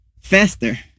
faster